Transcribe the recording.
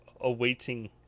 awaiting